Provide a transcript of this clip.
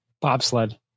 Bobsled